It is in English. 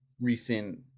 recent